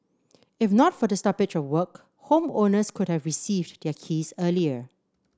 if not for the stoppage of work homeowners could have received their keys earlier